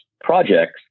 projects